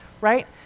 right